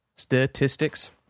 statistics